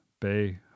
Bay